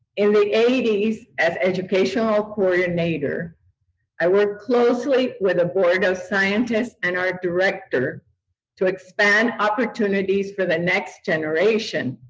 in the eighty s as educational coordinator i worked closely with a board of scientists and our director to expand opportunities for the next generation.